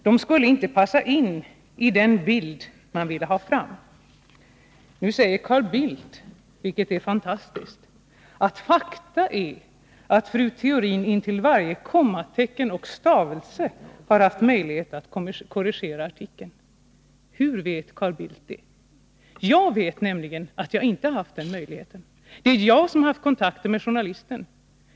De skulle inte passa in i den bild man ville ha fram. Carl Bildt säger nu — vilket är fantastiskt — att fakta är att fru Theorin intill varje kommatecken och stavelse har haft möjlighet att korrigera artikeln. Hur vet Carl Bildt det? Jag vet nämligen att jag inte haft den möjligheten. Det är jag som haft kontakter med den journalist det här gäller.